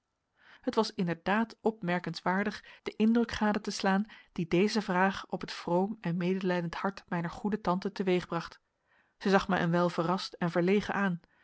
het was inderdaad opmerkenswaardig den indruk gade te slaan dien deze vraag op het vroom en medelijdend hart mijner goede tante teweegbracht zij zag mij een wijl verrast en verlegen aan